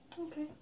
okay